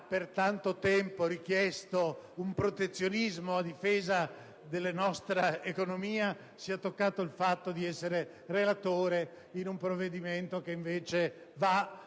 per tanto tempo ha richiesto una politica protezionistica a difesa della nostra economia, è toccato il compito di essere relatore di un provvedimento che invece va